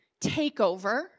takeover